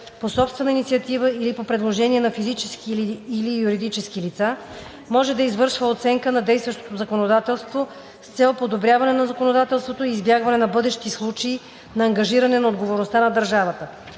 по собствена инициатива или по предложение на физически или юридически лица, може да извършва оценка на действащото законодателство с цел подобряване на законодателството и избягване на бъдещи случаи на ангажиране на отговорността на държавата.